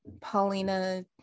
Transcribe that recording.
Paulina